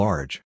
Large